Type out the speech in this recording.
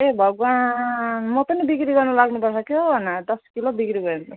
हे भगवान् म पनि बिक्री गर्नु लाग्नुपर्छ क्या हौ हन दस किलो बिक्री भयो भने त